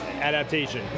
adaptation